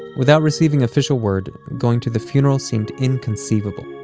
without receiving official word, going to the funeral seemed inconceivable